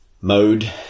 mode